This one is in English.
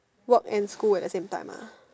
work and school at the same time ah